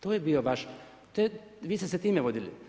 To je bio vaš, vi ste se time vodili.